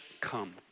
come